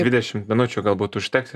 dvidešim minučių galbūt užteks